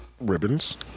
ribbons